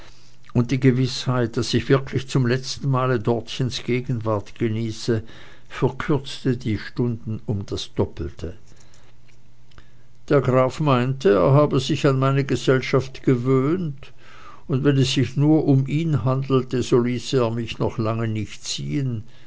und die gewißheit daß ich wirklich zum letzten male dortchens gegenwart genieße verkürzte die stunden um das doppelte der graf meinte er habe sich an meine gesellschaft gewöhnt und wenn es sich nur um ihn handelte so ließe er mich noch lange nicht ziehen